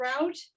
route